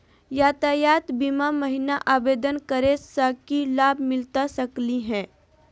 यातायात बीमा महिना आवेदन करै स की लाभ मिलता सकली हे?